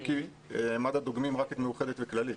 אם כי מד"א דוגמים רק את מאוחדת וכללית,